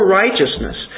righteousness